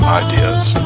ideas